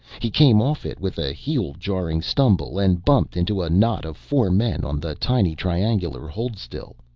he came off it with a heel-jarring stumble and bumped into a knot of four men on the tiny triangular hold-still.